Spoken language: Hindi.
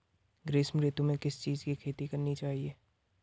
ग्रीष्म ऋतु में किस चीज़ की खेती करनी चाहिये?